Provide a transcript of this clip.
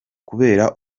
kubera